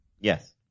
Yes